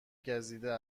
گزیده